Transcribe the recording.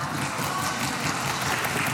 (מחיאות כפיים)